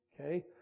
Okay